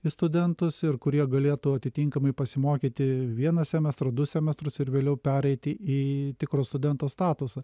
į studentus ir kurie galėtų atitinkamai pasimokyti vieną semestrą du semestrus ir vėliau pereiti į tikro studento statusą